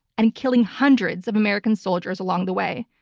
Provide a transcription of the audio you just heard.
and killing hundreds of american soldiers along the way.